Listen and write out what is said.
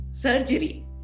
surgery